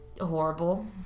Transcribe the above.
horrible